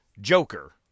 Joker